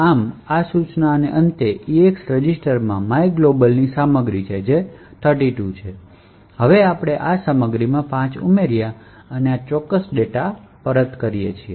આમ આ સૂચનાના અંતે EAX રજિસ્ટરમાં myglob ની સામગ્રી છે જે 32 છે અમે આ સામગ્રીમાં 5 ઉમેર્યા છે અને આ ચોક્કસ ડેટા પરત કરીએ છીએ